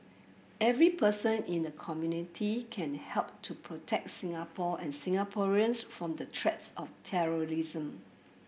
every person in the community can help to protect Singapore and Singaporeans from the threat of terrorism